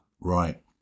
Right